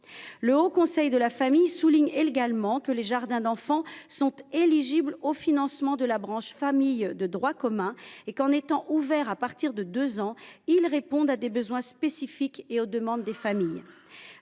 classiques ». Le HCFEA souligne également que les jardins d’enfants sont « éligibles aux financements de la branche famille de droit commun » et que, étant ouverts aux enfants à partir de 2 ans, ils répondent à des besoins spécifiques et aux demandes des familles.